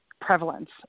prevalence